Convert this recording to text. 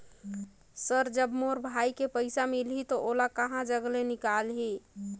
Sir जब मोर भाई के पइसा मिलही तो ओला कहा जग ले निकालिही?